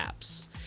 apps